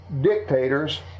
dictators